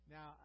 Now